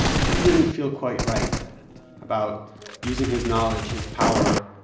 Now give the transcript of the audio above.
he didn't feel quite right about using his knowledge, his power,